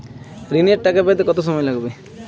ঋণের টাকা পেতে কত সময় লাগবে?